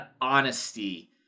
honesty